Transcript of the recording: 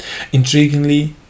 intriguingly